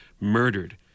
murdered